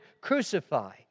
crucify